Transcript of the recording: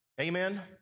Amen